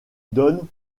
donnes